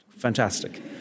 fantastic